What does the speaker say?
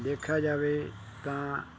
ਦੇਖਿਆ ਜਾਵੇ ਤਾਂ